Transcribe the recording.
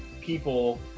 people